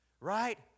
right